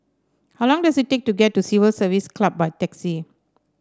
how long does it take to get to Civil Service Club by taxi